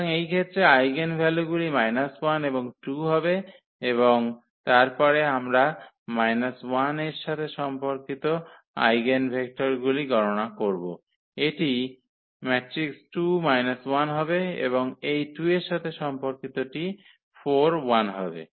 সুতরাং এই ক্ষেত্রে আইগেনভ্যালুগুলি 1 2 হবে এবং তারপরে আমরা 1 এর সাথে সম্পর্কিত আইগেনভেক্টরগুলি গণনা করব এটি হবে এবং এই 2 এর সাথে সম্পর্কিতটি হবে